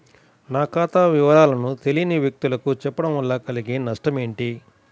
నా ఖాతా వివరాలను తెలియని వ్యక్తులకు చెప్పడం వల్ల కలిగే నష్టమేంటి?